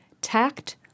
Tact